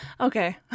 Okay